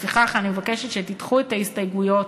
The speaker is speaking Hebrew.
לפיכך, אני מבקשת שתדחו את ההסתייגויות